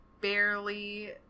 barely